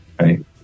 right